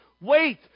wait